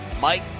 Mike